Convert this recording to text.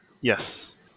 Yes